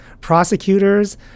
prosecutors